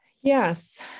Yes